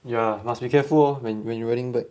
ya must be careful lor when when you riding bike